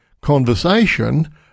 conversation